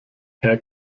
herr